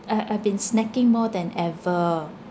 I~ I've been snacking more than ever